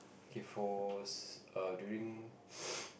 K force err during